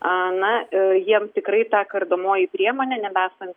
na jiem tikrai ta kardomoji priemonė nebesant